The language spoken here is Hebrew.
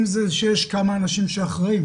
אם זה שיש כמה אנשים שאחראיים,